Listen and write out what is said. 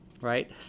right